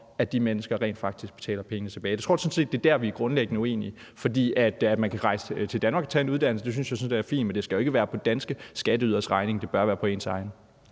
at de mennesker rent faktisk betaler pengene tilbage. Jeg tror sådan set, det er der, vi er grundlæggende uenige. For at man kan rejse til Danmark og tage en uddannelse, synes jeg sådan set er fint, men det skal jo ikke være på de danske skatteyderes regning – det bør være på ens egen